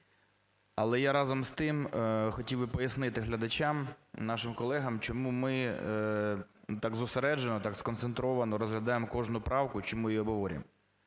Але я разом з тим хотів би пояснити глядачам, нашим колегам, чому ми так зосереджено, так сконцентровано розглядаємо кожну правку, чому її обговорюємо.